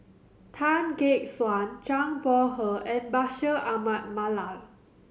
Tan Gek Suan Zhang Bohe and Bashir Ahmad Mallal